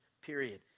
period